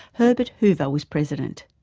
herbert hoover was president.